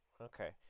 Okay